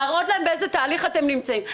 להראות להם באיזה תהליך אתם נמצאים.